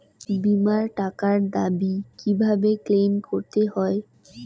বিমার টাকার দাবি কিভাবে ক্লেইম করতে হয়?